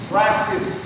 Practice